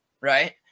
right